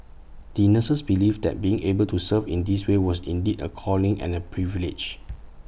the nurses believed that being able to serve in this way was indeed A calling and A privilege